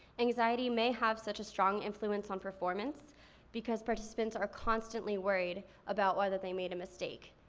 anxiety may have such a strong influence on performance because participants are constantly worried about whether they made a mistake,